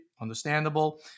Understandable